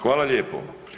Hvala lijepo.